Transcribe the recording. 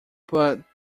but